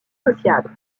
sociable